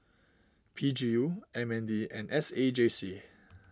P G U M N D and S A J C